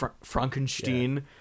Frankenstein